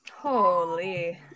Holy